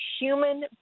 human